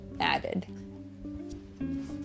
added